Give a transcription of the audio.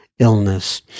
Illness